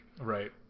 Right